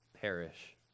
perish